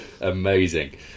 amazing